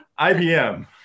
IBM